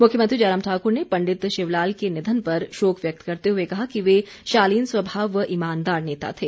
मुख्यमंत्री जयराम ठाकुर ने पंडित शिवलाल के निधन पर शोक व्यक्त करते हुए कहा कि वे शालीन स्वभाव व ईमानदार नेता थे